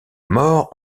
mort